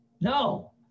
no